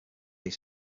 case